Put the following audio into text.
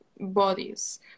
bodies